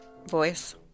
voice